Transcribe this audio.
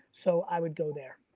so, i would go there.